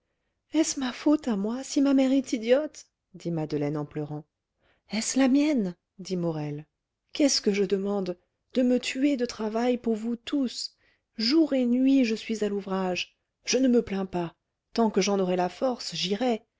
est-ce ma faute à moi si ma mère est idiote dit madeleine en pleurant est-ce la mienne dit morel qu'est-ce que je demande de me tuer de travail pour vous tous jour et nuit je suis à l'ouvrage je ne me plains pas tant que j'en aurai la force j'irai